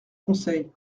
conseil